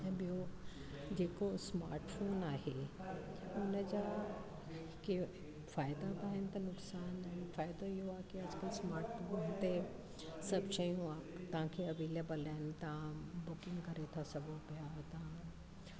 ऐं ॿियो जेको स्माटफोन आहे उन जा के फ़ाइदा बि आहिनि त नुक़सान बि आहिनि फ़ाइदो इहो आहे की स्माटफोन हिते सभु शयूं तव्हां तव्हांखे अवेलेबिल आहिनि तव्हां बुकिंग करे था सघो पिया